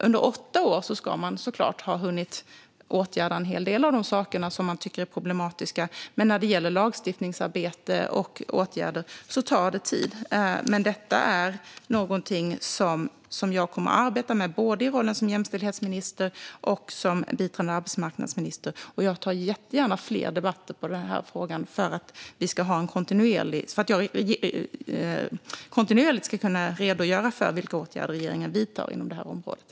Under åtta år ska man såklart ha hunnit åtgärda en hel del av de saker som man tycker är problematiska, men när det gäller lagstiftningsarbete och sådana åtgärder tar det tid. Detta är dock någonting som jag kommer att arbeta med både i rollen som jämställdhetsminister och som biträdande arbetsmarknadsminister. Jag tar jättegärna fler debatter i denna fråga så att jag kontinuerligt kan redogöra för vilka åtgärder regeringen vidtar inom det här området.